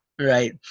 Right